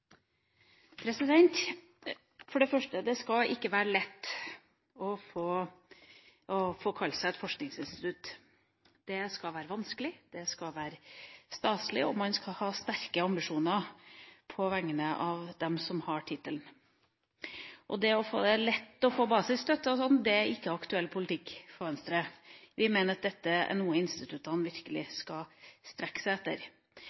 For det første: Det skal ikke være lett å få kalle seg et forskningsinstitutt. Det skal være vanskelig, det skal være staselig, og man skal ha sterke ambisjoner på vegne av dem som har tittelen. Det å gjøre det lett å få basisstøtte osv. er ikke aktuell politikk for Venstre; vi mener at dette er noe instituttene virkelig skal strekke seg etter.